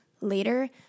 later